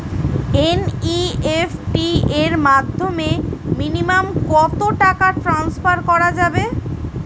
NEFT এর মাধ্যমে minimum কত টাকা টান্সফার করা যাবে?